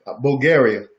Bulgaria